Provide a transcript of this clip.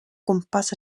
gwmpas